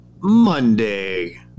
Monday